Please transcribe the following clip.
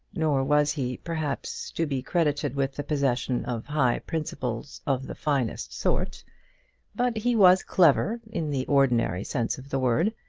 nor was he, perhaps, to be credited with the possession of high principles of the finest sort but he was clever, in the ordinary sense of the word,